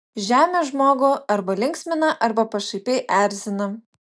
žemė žmogų arba linksmina arba pašaipiai erzina